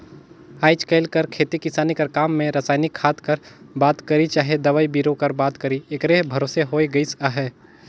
आएज काएल कर खेती किसानी कर काम में रसइनिक खाद कर बात करी चहे दवई बीरो कर बात करी एकरे भरोसे होए गइस अहे